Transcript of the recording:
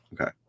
Okay